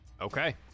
Okay